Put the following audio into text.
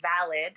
valid